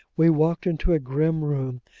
we walked into a grim room,